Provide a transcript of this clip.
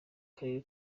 karere